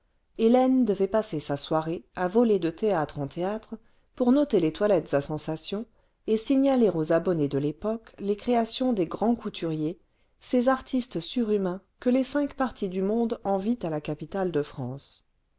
hélène devait passer sa soirée à voler de théâtre en théâtre pour noter les toilettes à sensation et signaler aux abonnés de vepoque les créations des grands couturiers ces artistes surhumains que les cinq parties du monde envient à la capitale de la france